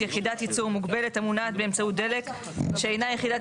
יחידת ייצור מוגבלת המונעת באמצעות דלק שאינה יחידת